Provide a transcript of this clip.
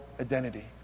identity